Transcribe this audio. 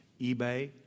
eBay